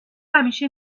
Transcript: همیشه